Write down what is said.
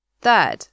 Third